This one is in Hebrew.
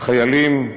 חיילים חולים,